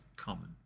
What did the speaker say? common